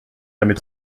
jamais